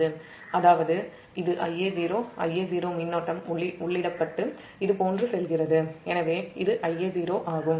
அதாவது இது Ia0 மின்னோட்டம் உள்ளிடப்பட்டு இதுபோன்று செல்கிறது எனவே இது Ia0 ஆகும்